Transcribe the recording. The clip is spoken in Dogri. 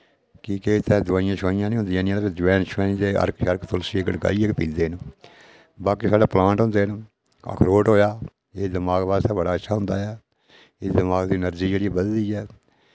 कि के इत्थैं दोआइयां शोआइयां नि होन्दियां इन्नियां ते फिर जवैन शवैन अर्क शर्क तुलसी गढ़काइयै गै पींदे न बाकी साढ़ै प्लांट होंदे न अखरोट होएया एह् दमाक बास्तै बड़ा अच्छा होंदा ऐ एह् दमाक दी एनर्जी जेह्ड़ी बधदी ऐ